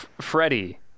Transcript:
Freddie